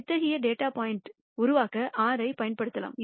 அத்தகைய டேட்டா பாயிண்டுகளை உருவாக்க r ஐப் பயன்படுத்தலாம்